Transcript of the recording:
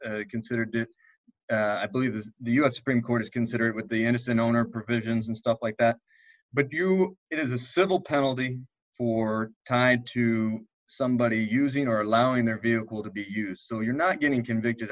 is considered i believe that the u s supreme court is considered with the n s a and owner provisions and stuff like that but you it is a civil penalty for tied to somebody using or allowing their vehicle to be used so you're not getting convicted